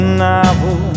novel